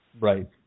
right